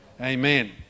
Amen